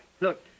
Look